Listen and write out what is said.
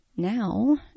Now